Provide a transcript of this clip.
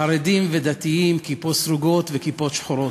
חרדים ודתיים, כיפות סרוגות וכיפות שחורות,